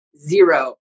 zero